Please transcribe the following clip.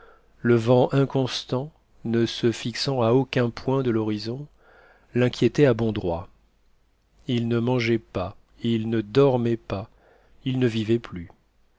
le vent inconstant ne se fixant à aucun point de l'horizon l'inquiétaient à bon droit il ne mangeait pas il ne dormait pas il ne vivait plus